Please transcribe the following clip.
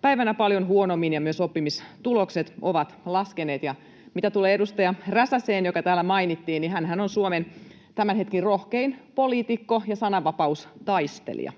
päivänä paljon huonommin ja myös oppimistulokset ovat laskeneet. Ja mitä tulee edustaja Räsäseen, joka täällä mainittiin, niin hänhän on Suomen tämän hetken rohkein poliitikko ja sananvapaustaistelija.